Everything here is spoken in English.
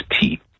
tea